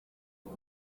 ubu